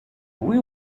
oui